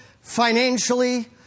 financially